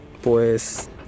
pues